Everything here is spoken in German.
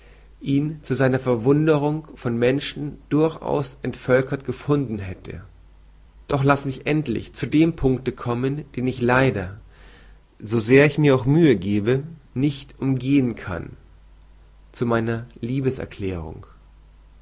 ihn zu seiner verwunderung von menschen durchaus entvölkert gefunden hätte doch laß mich endlich zu dem punkte kommen den ich leider so sehr ich mir auch mühe gebe nicht umgehen kann zu meiner liebeserklärung